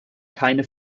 keine